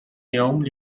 يوم